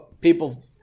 people